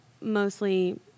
mostly